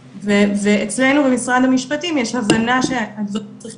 ואצלנו במשרד המשפטים יש הבנה שמה שצריך